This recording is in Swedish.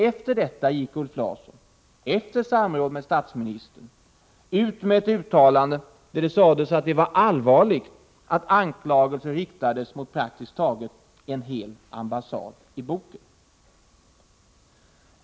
Efter detta gick Ulf Larsson — efter samråd med statsministern — ut med ett uttalande där det sades att det var allvarligt att det i boken riktades anklagelser mot praktiskt taget en hel ambassad.